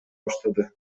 баштады